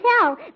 tell